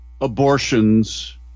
abortions